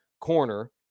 corner